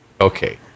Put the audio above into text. Okay